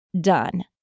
done